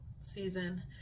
season